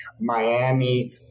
Miami